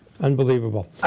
Unbelievable